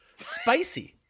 spicy